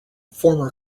former